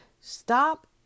Stop